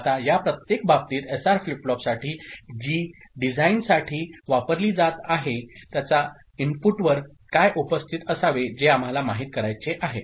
आता या प्रत्येक बाबतीत एसआर फ्लिप फ्लॉपसाठी जी डिझाइनसाठी वापरली जात आहे त्याच्या इनपुटवर काय उपस्थित असावे जे आम्हाला माहित करायचे आहे